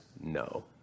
no